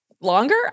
longer